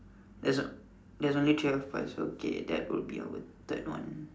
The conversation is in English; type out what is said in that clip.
there's there's only tray of piles okay that would be our third one